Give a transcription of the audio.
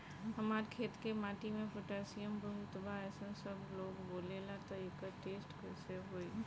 हमार खेत के माटी मे पोटासियम बहुत बा ऐसन सबलोग बोलेला त एकर टेस्ट कैसे होई?